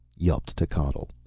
yelped techotl,